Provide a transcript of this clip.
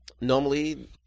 normally